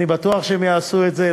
אני בטוח שהם יעשו את זה,